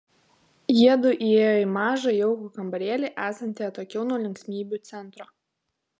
jiedu įėjo į mažą jaukų kambarėlį esantį atokiau nuo linksmybių centro